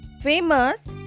famous